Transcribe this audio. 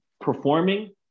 performing